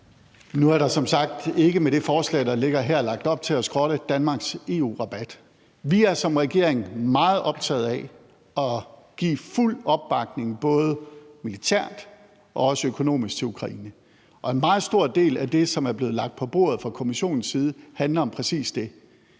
nu er der som sagt ikke med det forslag, der ligger her, lagt op til at skrotte Danmarks EU-rabat. Vi er som regering meget optaget af at give fuld opbakning, både militært og også økonomisk, til Ukraine, og en meget stor del af det, som er blevet lagt på bordet fra Kommissionens side, handler om præcis det.